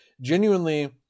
genuinely